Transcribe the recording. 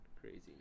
crazy